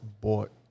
bought